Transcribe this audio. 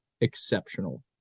exceptional